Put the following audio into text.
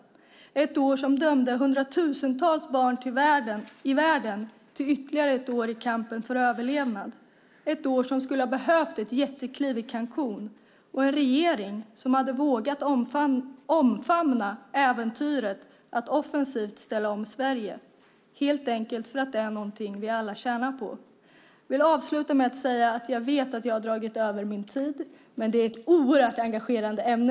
Det har varit ett år som dömt hundratusentals barn i världen till ytterligare ett år med kamp för överlevnad, ett år som skulle ha behövt ett jättekliv i Cancún och en regering som vågat omfamna äventyret att offensivt ställa om Sverige, helt enkelt för att det är något som vi alla skulle tjäna på. Jag vill avsluta med att säga att jag vet att jag överskridigt min anmälda talartid, men det här är ett oerhört engagerande ämne.